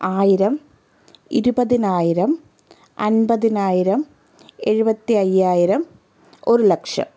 ആയിരം ഇരുപതിനായിരം അൻപതിനായിരം എഴുപത്തി അയ്യായിരം ഒരു ലക്ഷം